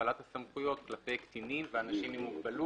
הפעלת הסמכויות כלפי קטינים ואנשים עם מוגבלות.